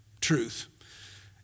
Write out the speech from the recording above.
truth